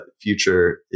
future